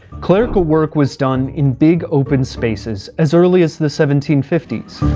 clerical work was done in big open spaces as early as the seventeen fifty s.